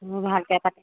এইবোৰ ভালকে পাতি